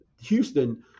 Houston